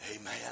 amen